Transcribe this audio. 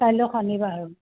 কাইলৈ শণিবাৰ